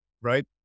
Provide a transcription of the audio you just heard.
right